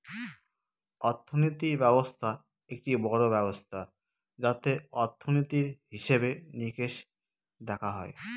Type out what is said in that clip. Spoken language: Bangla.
অর্থনীতি ব্যবস্থা একটি বড়ো ব্যবস্থা যাতে অর্থনীতির, হিসেবে নিকেশ দেখা হয়